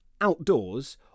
outdoors